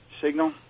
signal